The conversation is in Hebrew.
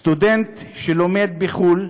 סטודנט שלומד בחו"ל